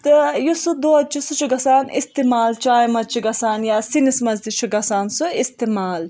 تہٕ یُس سُہ دۄد چھُ سُہ چھُ گَژھان اِستعمال چاے منٛز چھُ گَژھان یا سِنِس مںٛز تہِ چھُ گَژھان سُہ اِستعمال